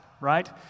right